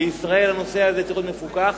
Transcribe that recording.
בישראל הנושא הזה צריך להיות מפוקח,